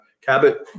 Cabot